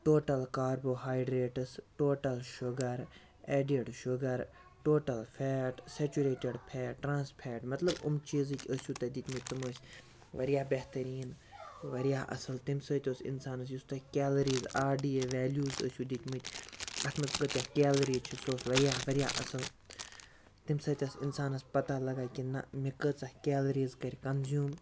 total carbohydrates total sugar added sugar total fat saturated fat trans fat مَطلَب یِم چیٖزِک ٲسو تۄہہِ دِتۍمٕتۍ تُم ٲسۍ واریاہ بہتریٖن واریاہ اَصٕل تَمہِ سۭتۍ اوس اِنسانَس یُس تۄہہِ calories R D A values ٲسوٕ دیُت مٕتۍ تَتھ مَنٛز کٲتیٛاہ کیلری چھِ سُہ اوس واریاہ واریاہ اَصٕل تمہِ سۭتۍ ٲسۍ اِنسانَس پَتاہ لَگان کہِ نا مےٚ کٲژاہ کیلریٖز کٔرۍ کَنزیوٗم